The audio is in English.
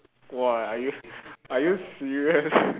!wah! are you are you serious